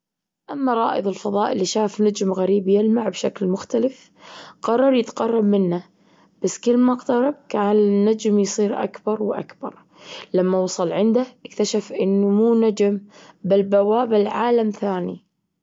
أما رائد الفضاء اللي شاف نجم غريب يلمع بشكل مختلف، قرر يتقرب منه. بس كل ما اقترب كان النجم يصير أكبر وأكبر، لما وصل عنده اكتشف إنه مو نجم بل بوابة لعالم ثاني.